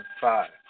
five